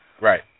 Right